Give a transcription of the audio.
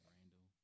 Randall